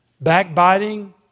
backbiting